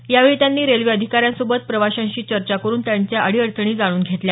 यावेळी त्यांनी रेल्वे अधिकाऱ्यांसोबत प्रवाशांशी चर्चा करुन त्यांच्या अडीअडचणी जाणून घेतल्या